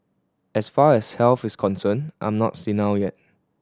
as far as health is concerned I'm not senile yet